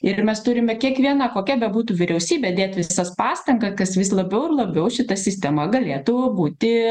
ir mes turime kiekviena kokia bebūtų vyriausybė dėt visas pastanga gas vis labiau ir labiau šita sistema galėtų būti